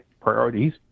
priorities